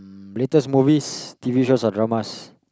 latest movies t_v shows or dramas